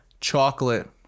chocolate